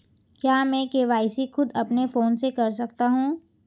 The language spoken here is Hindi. क्या मैं के.वाई.सी खुद अपने फोन से कर सकता हूँ?